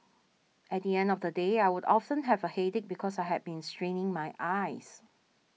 at the end of the day I would often have a headache because I had been straining my eyes